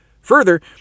Further